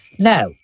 Now